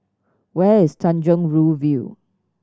where is Tanjong Rhu View